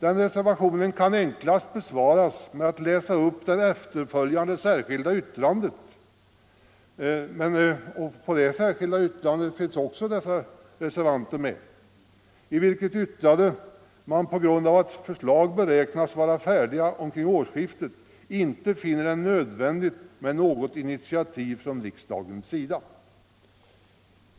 Den reservationen kan enklast besvaras med att läsa upp det efterföljande särskilda yttrandet, där samma herrar är med bland undertecknarna och i vilket yttrande man på grund av att förslag beräknas vara färdiga omkring årsskiftet inte finner det nödvändigt med något initiativ från riksdagens sida.